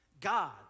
God